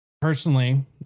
personally